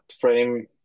frame